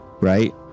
Right